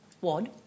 Wad